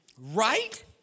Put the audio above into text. Right